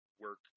work